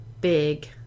big